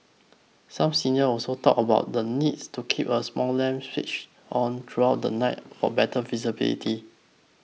some senior also talked about the needs to keep a small lamp switch on throughout the night for better visibility